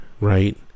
right